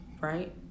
right